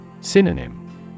Synonym